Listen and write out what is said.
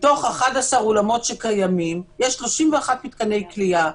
מתוך 11 אולמות שקיימים יש 31 מתקני כליאה,